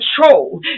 control